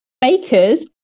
bakers